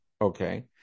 Okay